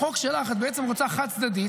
בחוק שלך את בעצם רוצה חד-צדדית.